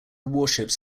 warships